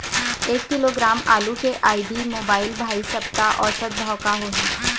एक किलोग्राम आलू के आईडी, मोबाइल, भाई सप्ता औसत भाव का होही?